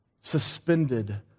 suspended